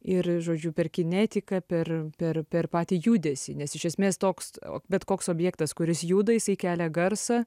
ir žodžiu per kinetiką per per per patį judesį nes iš esmės toks o bet koks objektas kuris juda jisai kelia garsą